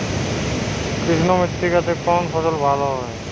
কৃষ্ণ মৃত্তিকা তে কোন ফসল ভালো হয়?